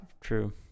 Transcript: true